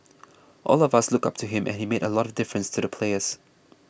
all of us looked up to him and he made a lot of difference to the players